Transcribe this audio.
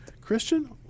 Christian